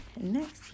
next